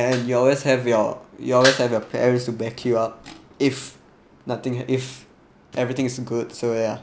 you'll always have your you'll always have your parents to back you up if nothing if everything is good so ya